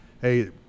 hey